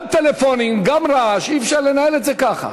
גם טלפונים, גם רעש, אי-אפשר לנהל את זה ככה.